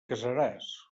casaràs